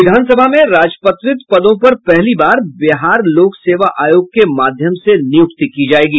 विधानसभा में राजपत्रित पदों पर पहली बार बिहार लोक सेवा आयोग के माध्यम से नियुक्ति की जायेगी